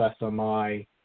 SMI